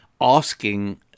asking